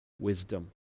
wisdom